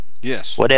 Yes